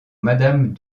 madame